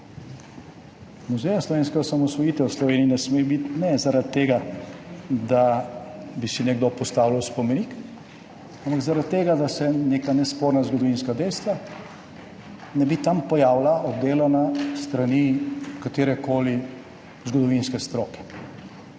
muzeja slovenske osamosvojitve v Sloveniji ne sme biti ne zaradi tega, da bi si nekdo postavljal spomenik, ampak zaradi tega, da se neka nesporna zgodovinska dejstva ne bi tam pojavila, obdelana s strani katerekoli zgodovinske stroke.